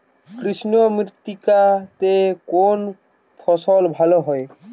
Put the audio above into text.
কৃষ্ণ মৃত্তিকা তে কোন ফসল ভালো হয়?